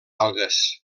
algues